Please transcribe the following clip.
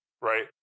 Right